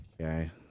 Okay